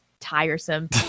tiresome